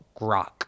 Grok